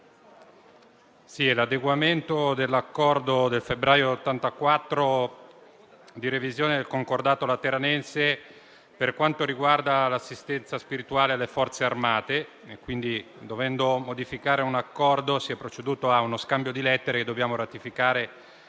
l'adeguamento dell'Accordo del febbraio 1984 di revisione del Concordato lateranense, per quanto riguarda l'assistenza spirituale alle Forze armate - dovendo modificare un accordo, si è proceduto a uno scambio di lettere che dobbiamo ratificare